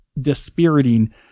dispiriting